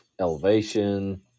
elevation